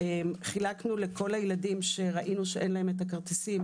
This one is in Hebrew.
חילקנו לכל הילדים שראינו שאין להם את הכרטיסים